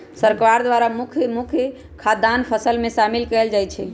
सरकार द्वारा के मुख्य मुख्य खाद्यान्न फसल में शामिल कएल जाइ छइ